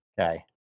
Okay